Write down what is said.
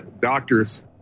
doctors